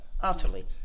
Utterly